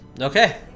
Okay